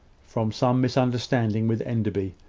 from some misunderstanding with enderby.